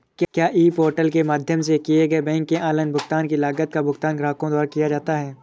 क्या e portal के माध्यम से किए गए बैंक के ऑनलाइन भुगतान की लागत का भुगतान ग्राहकों द्वारा किया जाता है?